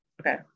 okay